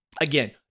again